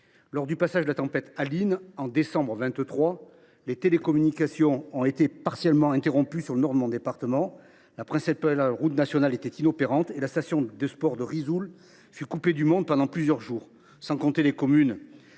Lors du passage de la tempête Aline en octobre 2023, les télécommunications ont été partiellement interrompues au nord du département ; la principale route nationale était inutilisable et la station de sports d’hiver de Risoul fut coupée du monde pendant plusieurs jours. Certaines communes